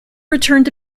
returned